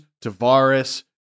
Tavares